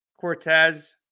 Cortez